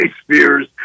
Spears